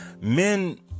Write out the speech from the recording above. men